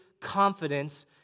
confidence